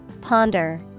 ponder